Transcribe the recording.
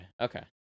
okay